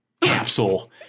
capsule